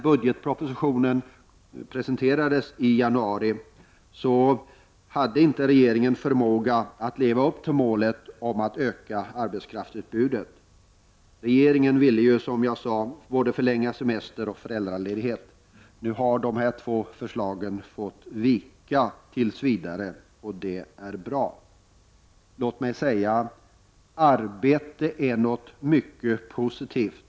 Budgetpropositionen presenterades ju i januari. Men det är bara att konstatera att regeringen inte hade förmåga att leva upp till målsättningen att öka arbetskraftsutbudet. Regeringen ville, som sagt, förlänga både semestern och föräldraledigheten. Men på dessa båda punkter har man fått ge vika, tills vidare, och det är bra. Jag vill understryka att arbete är någonting mycket positivt.